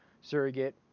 surrogate